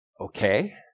Okay